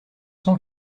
cent